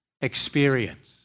experience